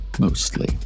mostly